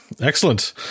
excellent